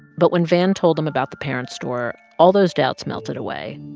but when van told them about the parents store, all those doubts melted away.